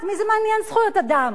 את מי זה מעניין זכויות אדם?